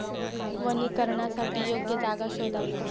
वनीकरणासाठी योग्य जागा शोधावी